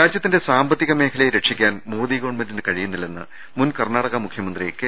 രാജ്യത്തിന്റെ സാമ്പത്തിക മേഖലയെ രക്ഷിക്കാൻ മോദി ഗവൺമെന്റിന് കഴിയുന്നില്ലെന്ന് മുൻ കർണാടകാ മുഖ്യമന്ത്രി കെ